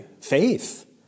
faith